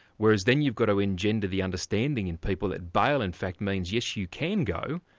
whereas then you've got to engender the understanding in people that bail in fact means, yes, you can go,